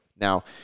Now